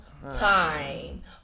time